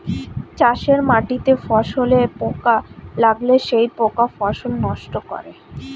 চাষের মাটিতে ফসলে পোকা লাগলে সেই পোকা ফসল নষ্ট করে